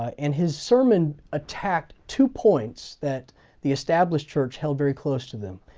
and his sermon attacked two points that the established church held very close to them.